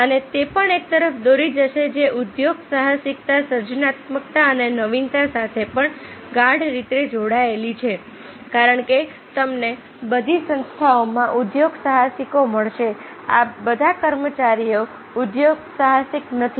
અને તે પણ એક તરફ દોરી જશે કે ઉદ્યોગસાહસિકતા સર્જનાત્મકતા અને નવીનતા સાથે પણ ગાઢ રીતે જોડાયેલી છે કારણ કે તમને બધી સંસ્થાઓમાં ઉદ્યોગસાહસિકો મળશે બધા કર્મચારીઓ ઉદ્યોગસાહસિક નથી